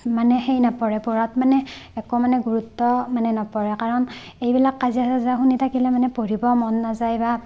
মানে সেই নপৰে পঢ়াত মানে একো মানে গুৰুত্ব মানে নপৰে কাৰণ এইবিলাক কাজিয়া চাজিয়া শুনি থাকিলে মানে পঢ়িব মন নাযায় বা